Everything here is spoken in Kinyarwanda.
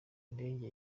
indege